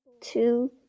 two